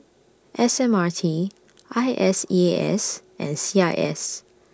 S M R T I S E A S and C I S